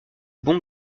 bon